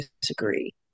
disagree